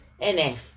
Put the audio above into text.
NF